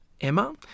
Emma